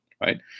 Right